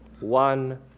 one